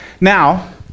now